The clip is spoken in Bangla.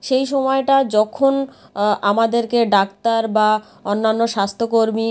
সেই সময়টা যখন আমাদেরকে ডাক্তার বা অন্যান্য স্বাস্থ্য কর্মী